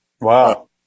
Wow